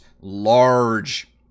large